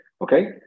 Okay